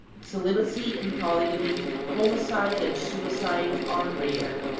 celibacy and polygamy, homicide and suicide, are rare.